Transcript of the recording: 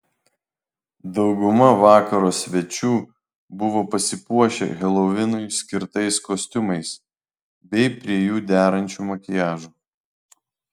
dauguma vakaro svečių buvo pasipuošę helovinui skirtais kostiumais bei prie jų derančiu makiažu